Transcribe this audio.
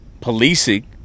policing